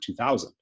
2000